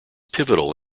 pivotal